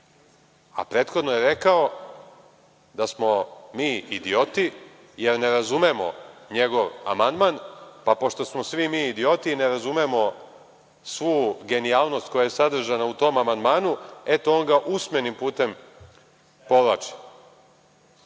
a prethodno je rekao da smo mi idioti jer ne razumemo njegov amandman, pa pošto smo mi idioti i ne razumemo svu genijalnost koja je sadržana u tom amandmanu eto on ga usmenim putem povlači. Koliko